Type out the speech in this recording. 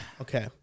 Okay